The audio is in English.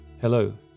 Hello